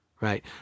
right